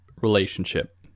relationship